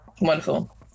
Wonderful